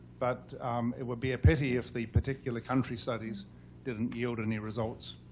but it would be a pity if the particular country studies didn't yield any results.